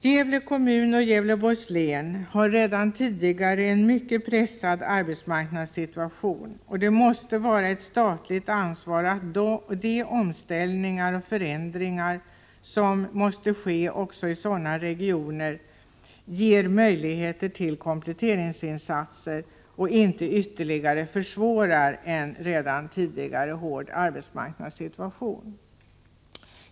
Gävle kommun och Gävleborgs län har redan tidigare en mycket pressad arbetsmarknadssituation, och det måste vara ett statligt ansvar att de omställningar och förändringar som måste ske också i sådana regioner ger möjligheter till kompletteringsinsatser och inte ytterligare försvårar en redan tidigare hård arbetsmarknadssituation.